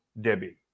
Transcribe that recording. Debbie